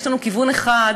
יש לנו כיוון אחד,